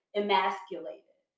emasculated